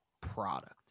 product